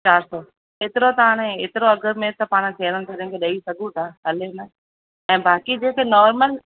चारि सौ एतिरो त हाणे एतिरो अघु में त पाणि सेणनि सॼणनि खे ॾेई सघूं था हले न ऐं बाक़ी जेके नॉर्मल